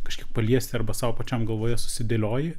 kažkaip paliesti arba sau pačiam galvoje susidėlioji